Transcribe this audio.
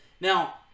Now